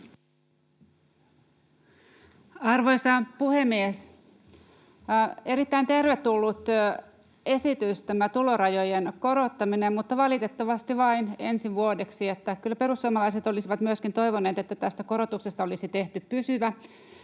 Arvoisa puhemies! Erittäin tervetullut esitys tämä tulorajojen korottaminen, mutta valitettavasti vain ensi vuodeksi. Kyllä perussuomalaiset olisivat myöskin toivoneet, että tästä korotuksesta olisi tehty pysyvä.